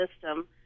system